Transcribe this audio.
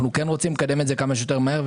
אנחנו רוצים לקדם את זה כמה שיותר מהר,